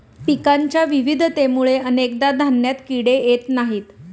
पिकांच्या विविधतेमुळे अनेकदा धान्यात किडे येत नाहीत